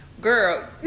girl